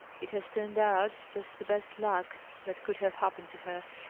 it has turned out just the best luck that could have happened to her.